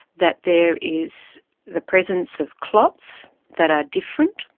that there is the presence of clots that are different,